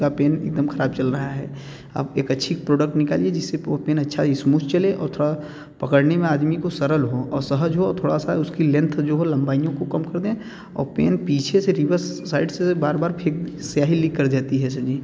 का पेन एक दम ख़राब चल रहा है आप एक अच्छा प्रोडक्ट निकालिए जिससे वो पेन अच्छा स्मूथ चले और थोड़ा पकड़ने में आदमी को सरल हो और सहज हो और थोड़ा सा उसकी लेंथ जो हो लम्बाइयों को कम कर दें और पेन पीछे से रीवर्स साइड से बार बार फेंक स्याही लीक कर जाती है सर जी